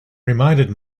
reminded